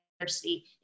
university